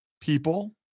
people